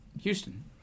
Houston